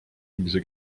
inglise